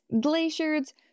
glaciers